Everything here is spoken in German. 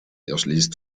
erschließt